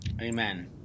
Amen